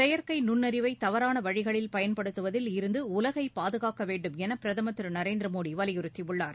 செயற்கை நுண்ணறிவை தவறான வழிகளில் பயன்படுத்துவதில் இருந்து உலகை பாதுகாக்க வேண்டுமென பிரதம் திரு நரேந்திர மோடி வலியுறுத்தியுள்ளார்